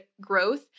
growth